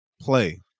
play